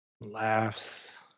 laughs